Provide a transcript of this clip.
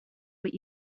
what